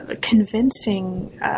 convincing